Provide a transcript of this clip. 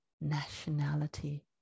nationality